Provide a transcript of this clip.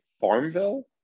farmville